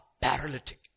paralytic